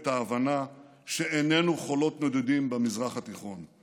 את ההבנה שאיננו חולות נודדים במזרח התיכון.